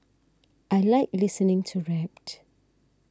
I like listening to rap